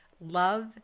love